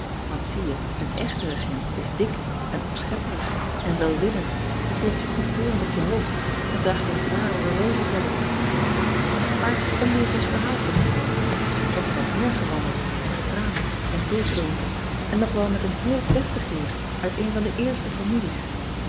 ant zie je een echte regent is dik en opschepperig en weiwillend en klopt je goedkeurend op je hoofd en draagt een zware horlogeketting aar om nu op ons verhaal terug te komen k heb met een heer gewandeld en gepraat en thee gedronken en nog wel met een heel deftig heer uit een van de eerste families